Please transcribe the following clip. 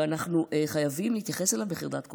ואנחנו חייבים להתייחס אליו בחרדת קודש.